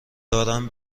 دارم